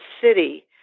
city